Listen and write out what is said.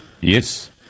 Yes